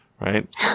right